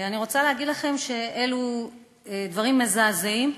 אני רוצה להגיד לכם שאלו דברים מזעזעים,